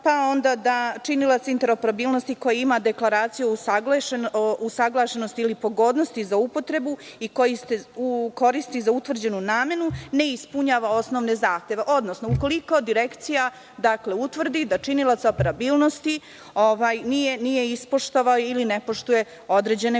izdata, da činilac interoperabilnosti ima Deklaraciju o usaglašenosti ili pogodnosti za upotrebu i koji se koristi za utvrđenu namenu ne ispunjava osnovne zahteve, odnosno ukoliko Direkcija utvrdi da činilac operabilnosti nije ispoštovao ili ne poštuje određene propise. Sam